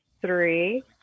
three